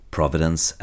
Providence